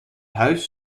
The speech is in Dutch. huis